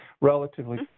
relatively